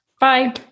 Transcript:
Bye